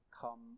come